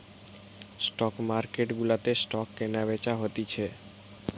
stock market গুলাতে stock কেনা বেচা হতিছে